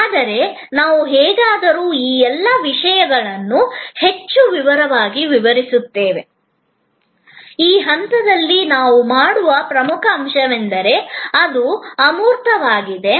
ಆದರೆ ನಾವು ಹೇಗಾದರೂ ಈ ಎಲ್ಲ ಅಂಶಗಳನ್ನು ಹೆಚ್ಚು ವಿವರವಾಗಿ ವಿವರಿಸುತ್ತೇವೆ ಈ ಹಂತದಲ್ಲಿ ನಾವು ಮಾಡುವ ಪ್ರಮುಖ ಅಂಶವೆಂದರೆ ಅದು ಅಮೂರ್ತವಾಗಿದೆ